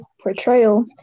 portrayal